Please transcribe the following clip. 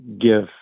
give